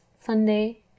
sunday